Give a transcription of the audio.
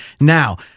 Now